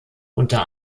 unter